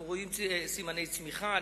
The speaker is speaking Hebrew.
אנחנו רואים סימני צמיחה,